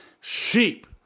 sheep